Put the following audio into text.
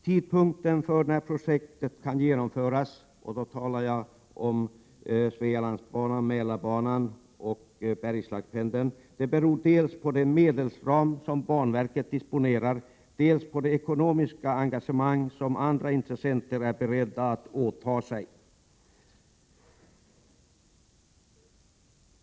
Tidpunkten när dessa projekt, som gäller Svealandsbanan, Mälarbanan och Bergslagspendeln, kan genomföras beror dels på den medelsram som banverket disponerar, dels på det ekonomiska engagemang som andra intressenter är beredda att åta sig.